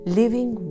living